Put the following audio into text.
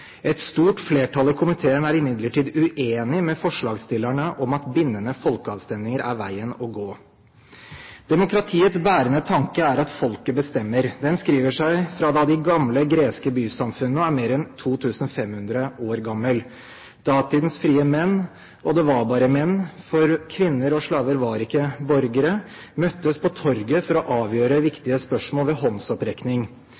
Et stort flertall i komiteen er imidlertid uenig med forslagsstillerne i at bindende folkeavstemninger er veien å gå. Demokratiets bærende tanke er at folket bestemmer. Den skriver seg fra de gamle greske bysamfunnene, og er mer enn 2 500 år gammel. Datidens frie menn – og det var bare menn, for kvinner og slaver var ikke borgere – møttes på torget for å avgjøre